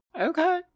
Okay